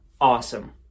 awesome